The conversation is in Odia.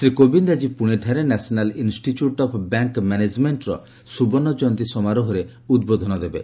ଶ୍ରୀ କୋବିନ୍ଦ ଆଜି ପୁଣେଠାରେ ନ୍ୟାସନାଲ୍ ଇନ୍ଷ୍ଟିଚ୍ୟୁଟ୍ ଅଫ୍ ବ୍ୟାଙ୍କ ମ୍ୟାନେଜମେଣ୍ଟର ସୁବର୍ଣ୍ଣଚୟନ୍ତୀ ସମାରୋହରେ ଉଦ୍ବୋଧନ ଦେବେ